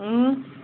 اۭں